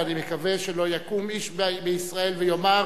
אני מקווה שלא יקום איש בישראל ויאמר